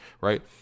right